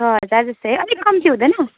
छ हजार जस्तो है अलिक कम्ती हुँदैन